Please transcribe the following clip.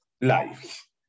lives